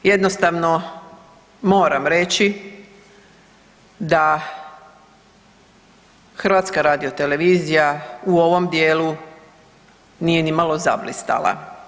Jednostavno moram reći da HRT u ovom dijelu nije nimalo zablistala.